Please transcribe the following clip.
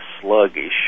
sluggish